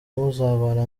muzabana